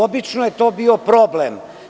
Obično je to bio problem.